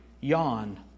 yawn